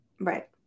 Right